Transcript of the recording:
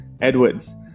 Edwards